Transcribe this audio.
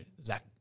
Zach